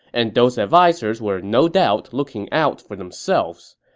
and those advisers were no doubt looking out for themselves.